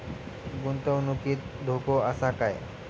गुंतवणुकीत धोको आसा काय?